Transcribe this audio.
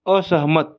असहमत